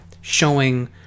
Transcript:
showing